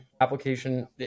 Application